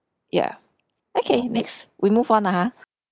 ya okay next we move on lah ah